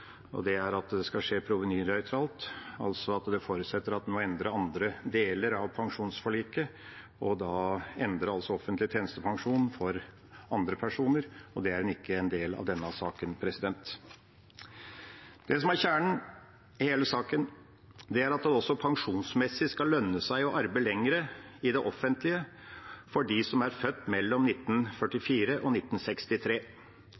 og det er at det skal skje provenynøytralt, altså at det forutsetter at en må endre andre deler av pensjonsforliket, og da altså endre offentlig tjenestepensjon for andre personer. Det er ikke en del av denne saken. Det som er kjernen i hele saken, er at det også pensjonsmessig skal lønne seg å arbeide lenger i det offentlige for dem som er født mellom